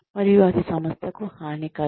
మరియు అది సంస్థకు హానికరం